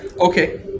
okay